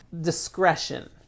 Discretion